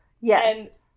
Yes